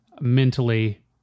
mentally